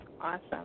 Awesome